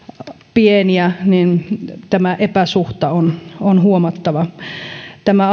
pieniä tämä epäsuhta on on huomattava tämä